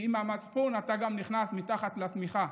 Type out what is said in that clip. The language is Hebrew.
כי עם המצפון אתה גם נכנס מתחת לשמיכה.